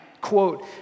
quote